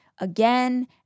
Again